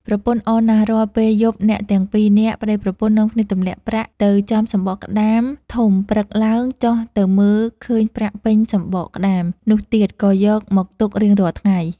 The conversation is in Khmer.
ប្រពន្ធអរណាស់រាល់ពេលយប់អ្នកទាំងពីរនាក់ប្ដីប្រពន្ធនាំគ្នាទម្លាក់ប្រាក់ទៅចំសំបកក្ដាមធំព្រឹកឡើងចុះទៅមើលឃើញប្រាក់ពេញសំបកក្ដាមនោះទៀត ក៏យកមកទុករៀងរាល់ថ្ងៃ ។